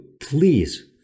please